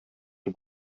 for